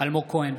אלמוג כהן,